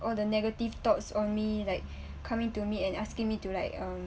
all the negative thoughts on me like coming to me and asking me to like um